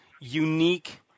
unique